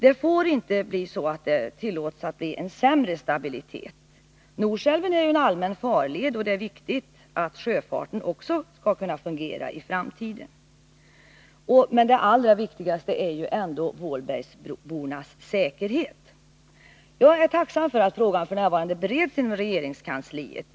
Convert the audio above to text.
En sämre stabilitet får inte tillåtas. Norsälven är en allmän farled, och det är viktigt att också sjöfarten kan fungera i framtiden. Men det allra viktigaste är ändå vålbergsbornas säkerhet. Jag är tacksam för att frågan f.n. bereds inom regeringskansliet.